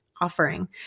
offering